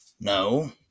No